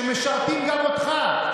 שמשרתים גם אותך,